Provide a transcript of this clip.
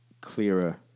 clearer